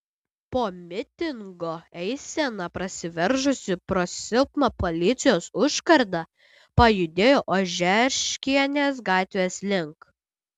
po mitingo eisena prasiveržusi pro silpną policijos užkardą pajudėjo ožeškienės gatvės link